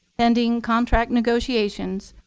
pending contract negotiations,